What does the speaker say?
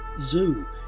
Zoo